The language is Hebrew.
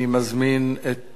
אני מזמין את